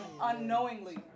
unknowingly